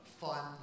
fun